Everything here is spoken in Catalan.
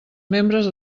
membres